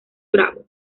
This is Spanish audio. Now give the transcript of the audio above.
bravo